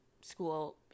School